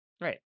Right